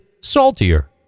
saltier